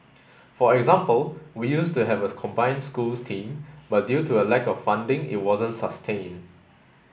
for example we used to have a combined schools team but due to a lack of funding it wasn't sustained